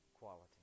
quality